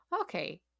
Okay